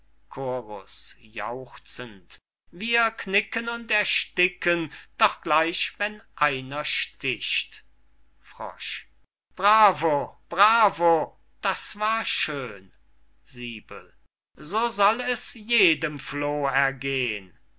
jauchzend wir knicken und ersticken doch gleich wenn einer sticht bravo bravo das war schön so soll es jedem floh ergehn